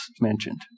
mentioned